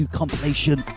compilation